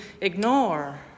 ignore